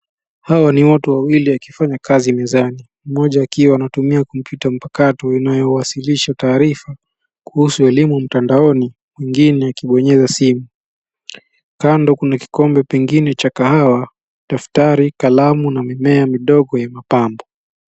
Hawa ni watu wawili wakifanya kazi mezani, mmoja akiwa anatumia kompyuta mpakato inayowasilisha taarifa kuhusu elimu mtandaoni mwingine akibonyeza simu. Kando kuna kikombe pengine cha kahawa, daftari, kalamu na mimea midogo ya mapambo.